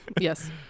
Yes